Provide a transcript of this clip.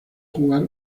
jugar